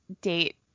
date